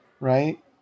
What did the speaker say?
right